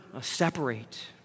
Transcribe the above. separate